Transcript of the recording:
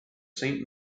saint